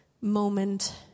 moment